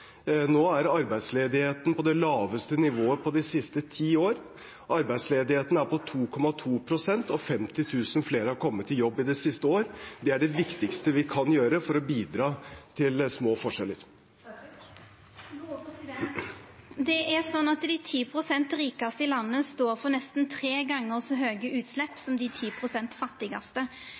Nå er arbeidsledigheten på det laveste nivået på de siste ti årene – arbeidsledigheten er på 2,2 pst., og 50 000 flere har kommet i jobb det siste året. Det er det viktigste vi kan gjøre for å bidra til små forskjeller. Det blir oppfølgingsspørsmål – først Hadia Tajik. Dei ti prosent rikaste i landet står for nesten tre gonger så høge utslepp som